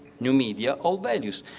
new media, old values.